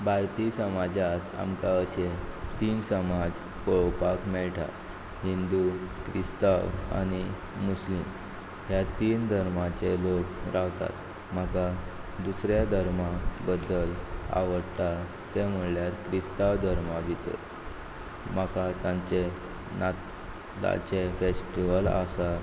भारतीय समाजांत आमकां अशें तीन समाज पळोवपाक मेळटा हिंदू क्रिस्तांव आनी मुस्लीम ह्या तीन धर्माचे लोक रावतात म्हाका दुसऱ्या धर्मा बद्दल आवडटा तें म्हटल्यार क्रिस्तांव धर्मा भितर म्हाका तांचें तांचे फेस्टिव्हल आसा